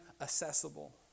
accessible